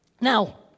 Now